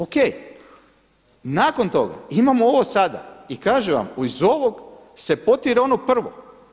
O.k. Nakon toga imamo ovo sada i kaže vam iz ovog se potire ono prvo.